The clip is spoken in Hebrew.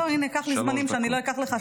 לא, הינה, קח לי זמנים, שאני לא אקח לך.